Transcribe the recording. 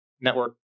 network